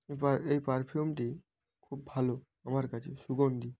এবার এই পারফিউমটি খুব ভালো আমার কাছেও সুগন্ধী